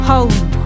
Home